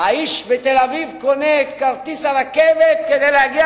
האיש בתל-אביב קונה את כרטיס הרכבת כדי להגיע